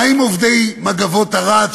מה עם עובדי "מגבות ערד",